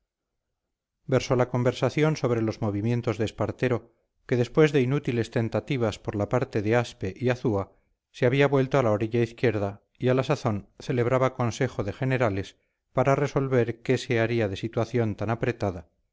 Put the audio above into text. versó la conversación sobre los movimientos de espartero que después de inútiles tentativas por la parte de aspe y azúa se había vuelto a la orilla izquierda y a la sazón celebraba consejo de generales para resolver qué se haría en situación tan apretada